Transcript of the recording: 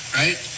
right